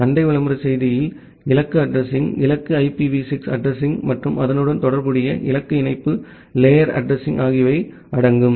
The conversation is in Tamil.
அண்டை விளம்பர செய்தியில் இலக்கு அட்ரஸிங் இலக்கு ஐபிவி 6 அட்ரஸிங் மற்றும் அதனுடன் தொடர்புடைய இலக்கு இணைப்பு லேயர் அட்ரஸிங் ஆகியவை அடங்கும்